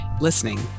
listening